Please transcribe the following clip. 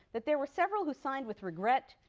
that there were several who signed with regret,